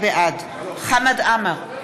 בעד חמד עמאר,